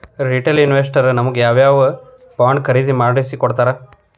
Retail investors ನಮಗ್ ಯಾವ್ ಯಾವಬಾಂಡ್ ಖರೇದಿ ಮಾಡ್ಸಿಕೊಡ್ತಾರ?